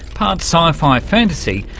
part sci-fi fantasy,